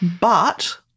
But-